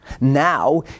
Now